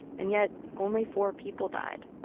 and yet, only four people died.